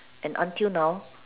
and until now